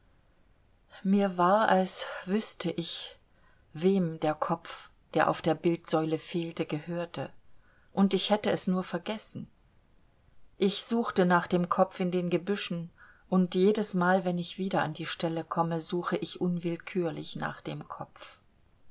mir war als wüßte ich wem der kopf der auf der bildsäule fehlte gehörte und ich hätte es nur vergessen ich suchte nach dem kopf in den gebüschen und jedes mal wenn ich wieder an die stelle komme suche ich unwillkürlich nach dem kopf